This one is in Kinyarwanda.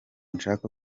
nshaka